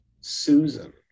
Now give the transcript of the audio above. susan